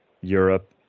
Europe